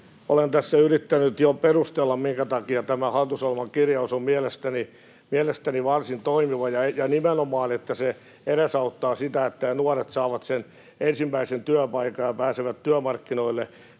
Olen tässä yrittänyt jo perustella, minkä takia tämä hallitusohjelmakirjaus on mielestäni varsin toimiva ja nimenomaan niin, että se edesauttaa sitä, että nuoret saavat sen ensimmäisen työpaikan ja pääsevät työmarkkinoihin